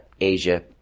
Asia